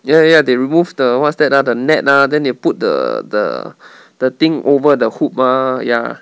ya ya they remove the what's that ah the net lah then they put the the the thing over the hook mah ya